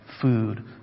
food